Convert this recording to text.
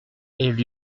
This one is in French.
elle